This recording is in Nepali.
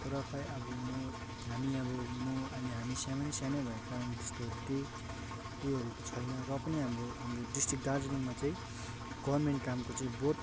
तर खोइ अब म हामी अब म अहिले हामी सानै सानै भएको कारण त्यस्तोहरू चाहिँ उयोहरू छैन र पनि हाम्रो हाम्रो डिस्ट्रिक दार्जिलिङमा चाहिँ गर्मेन्ट कामको चाहिँ बहुत